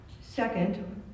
Second